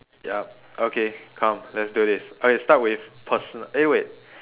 yup okay come let's do this okay start with personal eh wait